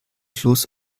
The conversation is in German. fluss